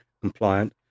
compliant